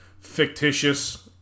fictitious